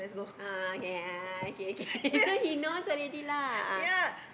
a'ah K a'ah K K so he knows already lah